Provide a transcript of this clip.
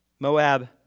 Moab